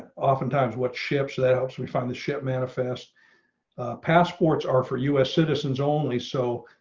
oftentimes what ships that helps me find the ship manifest passports are for us citizens only so